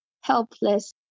helpless